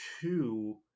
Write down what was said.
two